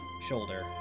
shoulder